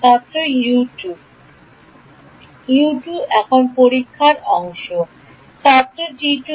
ছাত্র U2 U2 এখন পরীক্ষার অংশটি কী